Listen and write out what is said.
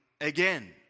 again